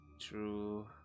true